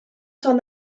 son